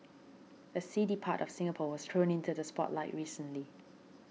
a seedy part of Singapore was thrown into the spotlight recently